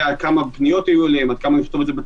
אם בסיטואציה הקודמת היה כתוב שגם בר